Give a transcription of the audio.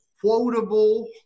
quotable